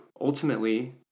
Ultimately